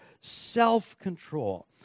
self-control